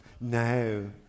no